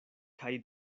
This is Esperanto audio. kaj